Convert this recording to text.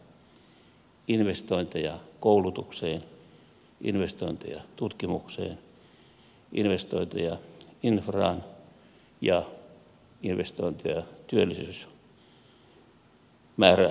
investointeja koulutukseen investointeja tutkimukseen investointeja infraan ja investointeja työllisyysmäärärahoihin